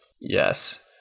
yes